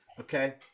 Okay